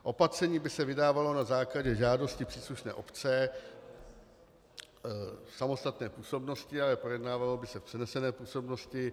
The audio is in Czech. Opatření by se vydávalo na základě žádosti příslušné obce v samostatné působnosti, ale projednávalo by se v přenesené působnosti.